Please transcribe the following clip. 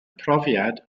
profiad